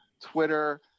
Twitter